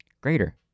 greater